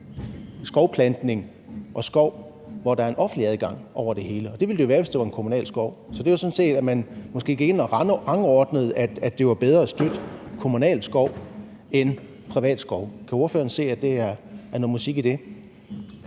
skovplantning og skov, hvor der er offentlig adgang over det hele. Det ville der jo være, hvis det var en kommunal skov. Så det handler sådan set om, at man måske gik ind og rangordnede det, så det var bedre at støtte kommunal skov end privat skov. Kan ordføreren se, at der er noget musik i det?